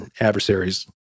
adversaries